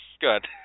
Good